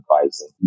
advising